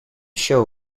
show